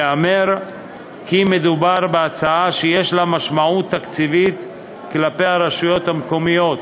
ייאמר כי מדובר בהצעה שיש לה משמעות תקציבית כלפי הרשויות המקומיות,